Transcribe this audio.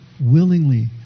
willingly